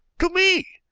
to me.